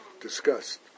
discussed